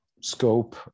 scope